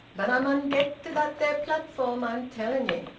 but i mun' get to that there platform, i'm telling ye.